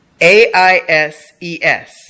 AISES